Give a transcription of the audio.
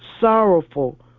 sorrowful